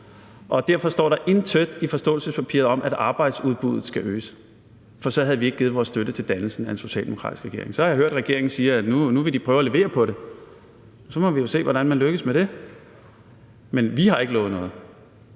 derfor står der intet i forståelsespapiret om, at arbejdsudbuddet skal øges, for så havde vi ikke givet vores støtte til dannelsen af en socialdemokratisk regering. Jeg har så hørt regeringen sige, at de nu vil prøve at levere på det, og så må vi jo se, hvordan man lykkes med det. Men vi har ikke lovet noget